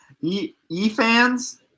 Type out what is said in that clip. E-fans